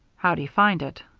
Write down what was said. how do you find it?